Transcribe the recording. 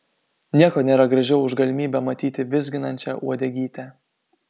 nieko nėra gražiau už galimybę matyti vizginančią uodegytę